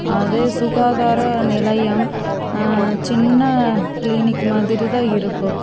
அதே சுகாதார நிலையம் சின்ன கிளினிக்கு மாதிரிதான் இருக்கும்